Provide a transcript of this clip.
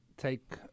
take